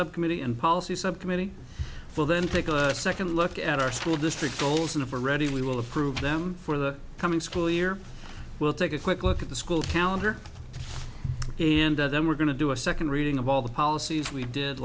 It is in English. subcommittee and policy subcommittee will then take a second look at our school district goals of are ready we will approve them for the coming school year we'll take a quick look at the school calendar and then we're going to do a second reading of all the policies we did